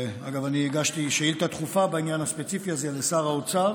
אגב, אני הגשתי שאילתה דחופה לשר האוצר